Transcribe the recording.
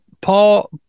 Paul